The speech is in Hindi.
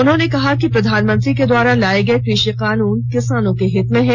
उन्होंने कहा है कि प्रधानमंत्री द्वारा लाए गए कृषि कानून किसानों के हित में है